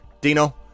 Dino